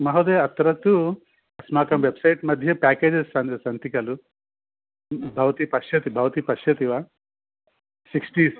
महोदय अत्र तु अस्माकं वेब् सैट् मध्ये पेकेजस् सन्ति सन्ति खलु भवति पश्यति भवति पश्यति वा सिक्टीस्